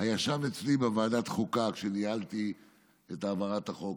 ישב אצלי בוועדת חוקה כשניהלתי את העברת החוק.